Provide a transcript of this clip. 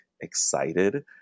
excited